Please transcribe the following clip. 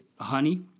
honey